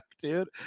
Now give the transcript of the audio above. dude